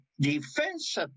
defense